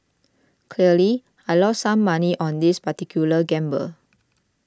I lost some money on this particular gamble